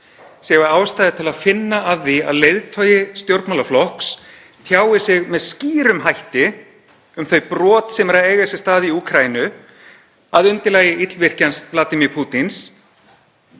sjái ástæðu til að finna að því að leiðtogi stjórnmálaflokks tjái sig með skýrum hætti um þau brot sem eru að eiga sér stað í Úkraínu, að undirlagi illvirkjans Vladimírs Pútíns,